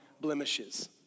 blemishes